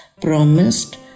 promised